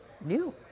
new